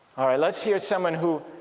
all right let's hear someone who